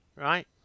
right